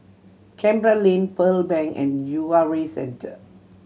Canberra Lane Pearl Bank and U R A Center